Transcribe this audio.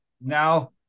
now